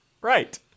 right